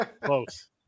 Close